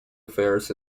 affairs